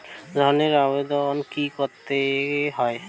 ঋণের আবেদন কি করে করতে হয়?